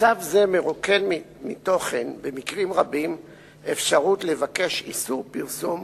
מצב זה מרוקן מתוכן במקרים רבים את האפשרות לבקש איסור פרסום